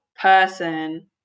person